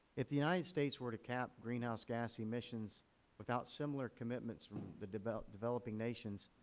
if the united states were to cap greenhouse gas emissions without similar commitments from the developing developing nations,